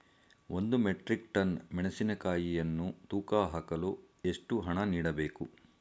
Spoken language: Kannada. ಒಂದು ಮೆಟ್ರಿಕ್ ಟನ್ ಮೆಣಸಿನಕಾಯಿಯನ್ನು ತೂಕ ಹಾಕಲು ಎಷ್ಟು ಹಣ ನೀಡಬೇಕು?